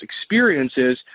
experiences